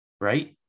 right